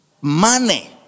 Money